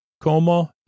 Como